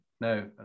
no